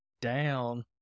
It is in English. down